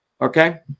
Okay